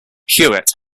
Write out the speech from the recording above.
hewitt